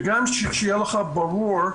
וגם שיהיה לך ברור,